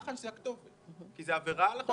מח"ש זה הכתובת כי זה עבירה על החוק.